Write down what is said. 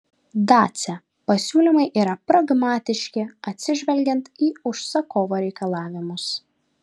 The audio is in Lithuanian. dacia pasiūlymai yra pragmatiški atsižvelgiant į užsakovo reikalavimus